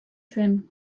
zen